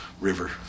river